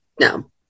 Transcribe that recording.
No